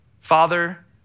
Father